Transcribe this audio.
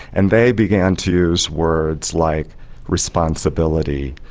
and they began to use words like responsibility,